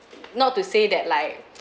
not to say that like